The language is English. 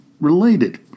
related